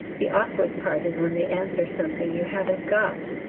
the awkward part is when they answer something you haven't got!